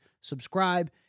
subscribe